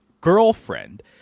girlfriend